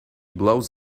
blows